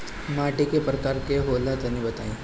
माटी कै प्रकार के होला तनि बताई?